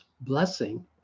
blessing